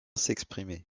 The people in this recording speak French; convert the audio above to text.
s’exprimer